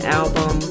album